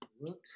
look